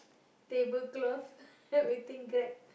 tablecloth everything grab